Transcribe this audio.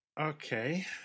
Okay